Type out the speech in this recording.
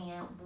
out